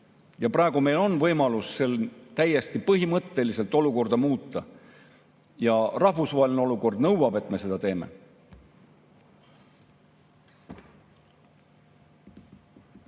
Ja praegu meil on võimalus seal täiesti põhimõtteliselt olukorda muuta. Rahvusvaheline olukord nõuab, et me seda teeksime.